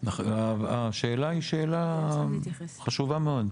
השאלה היא שאלה חשובה מאוד.